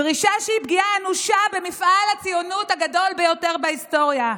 דרישה שהיא פגיעה אנושה במפעל הציונות הגדול ביותר בהיסטוריה.